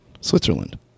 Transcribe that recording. Switzerland